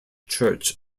church